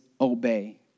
obey